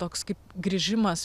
toks kaip grįžimas